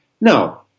no